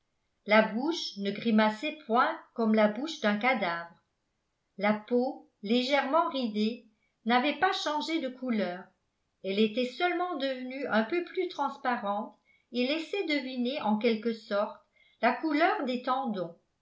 la bouche ne grimaçait point comme la bouche d'un cadavre la peau légèrement ridée n'avait pas changé de couleur elle était seulement devenue un peu plus transparente et laissait deviner en quelque sorte la couleur des tendons